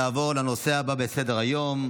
נעבור לנושא הבא שעל סדר-היום.